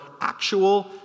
actual